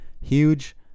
Huge